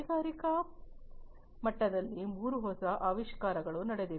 ಕೈಗಾರಿಕಾ ಮಟ್ಟದಲ್ಲಿ ಮೂರು ಹೊಸ ಆವಿಷ್ಕಾರಗಳು ನಡೆದಿವೆ